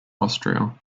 austria